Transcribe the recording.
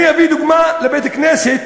אני אביא דוגמה מבית-כנסת